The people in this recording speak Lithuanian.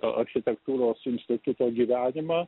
tą architektūros institute gyvenimą